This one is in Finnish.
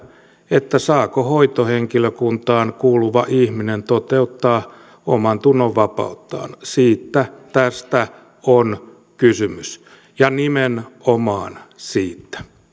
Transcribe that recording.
saako hoitohenkilökuntaan kuuluva ihminen toteuttaa omantunnonvapauttaan siitä tässä on kysymys ja nimenomaan siitä